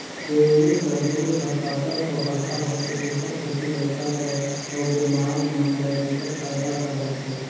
छेरी कर दूद ह पातर अउ हल्का होथे तेखर सेती लइका बर अउ बेमार मन बर बिकट फायदा कर होथे